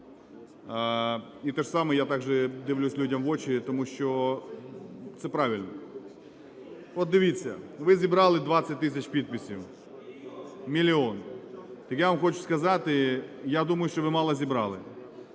І те ж саме, я так же дивлюсь людям в очі, тому що це правильно. От, дивіться, ви зібрали 20 тисяч підписів. Мільйон. Так, я вам хочу сказати, я думаю, що ви мало зібрали.